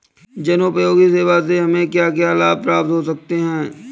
जनोपयोगी सेवा से हमें क्या क्या लाभ प्राप्त हो सकते हैं?